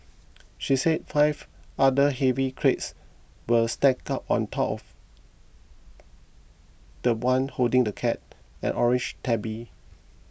she said five other heavy crates were stacked on top of the one holding the cat an orange tabby